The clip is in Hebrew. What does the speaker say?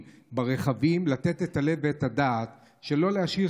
ברכבים לתת את הלב ואת הדעת ולא להשאיר,